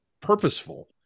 purposeful